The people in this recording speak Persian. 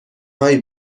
هایی